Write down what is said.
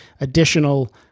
additional